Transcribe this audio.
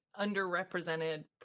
underrepresented